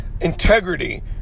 integrity